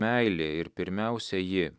meilė ir pirmiausia ji